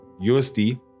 USD